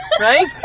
right